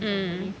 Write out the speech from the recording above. mm